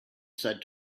said